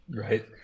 Right